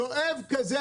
שואב כזה,